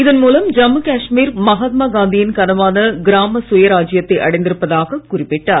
இதன்மூலம் ஜம்முகாஷ்மீர் மகாத்மாகாந்தியின்கனவானகிராமசுயராஜ்ஜியத்தைஅடைந்திருப்பதாகக் குறிப்பிட்டார்